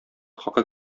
хакы